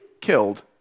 killed